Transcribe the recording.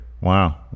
Wow